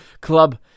club